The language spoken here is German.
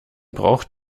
braucht